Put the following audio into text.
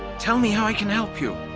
tell me how i can help you!